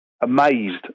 amazed